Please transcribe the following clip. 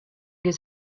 his